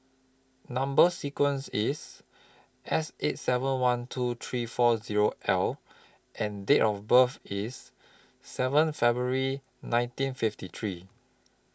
Number sequence IS S eight seven one two three four Zero L and Date of birth IS seven February nineteen fifty three